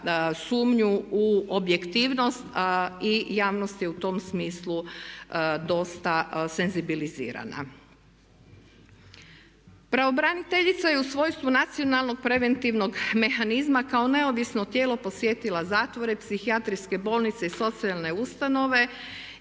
sumnju u objektivnost i javnost je u tom smislu dosta senzibilizirana. Pravobraniteljica je u svojstvu nacionalnog preventivnog mehanizma kao neovisno tijelo posjetila zatvore, psihijatrijske bolnice i socijalne ustanove